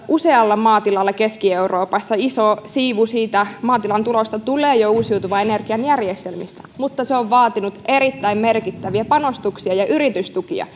useilla maatiloilla keski euroopassa iso siivu siitä maatilan tulosta jo tulee uusiutuvan energian järjestelmistä mutta se on vaatinut erittäin merkittäviä panostuksia ja yritystukia